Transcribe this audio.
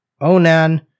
Onan